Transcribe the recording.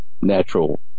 natural